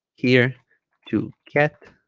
here to get